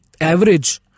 average